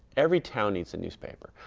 every town needs a newspaper.